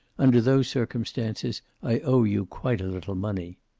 under those circumstances, i owe you quite a little money.